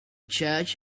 church